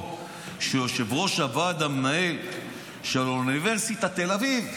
שיושב-ראש הוועד המנהל של אוניברסיטת תל אביב,